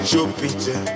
Jupiter